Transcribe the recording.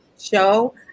show